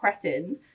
cretins